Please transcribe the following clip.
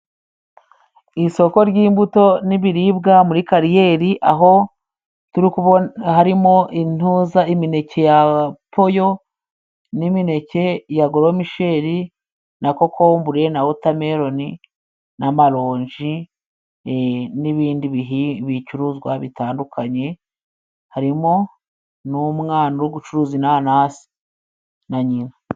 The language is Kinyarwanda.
Isoko ry'imbuto n'ibiribwa muri Kariyeri aho harimo imineke ya poyo n'imineke ya goromisheri na kokombure na wotameruni n'amaronji n'ibindi bicuruzwa bitandukanye, harimo n'umwana uri gucuruza inanasi na nyina.